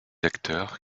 acteurs